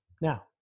Now